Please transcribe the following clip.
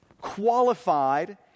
qualified